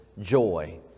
joy